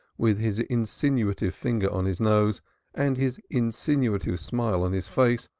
with his insinuative finger on his nose and his insinuative smile on his face,